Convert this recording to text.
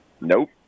Nope